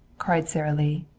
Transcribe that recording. cried sara lee.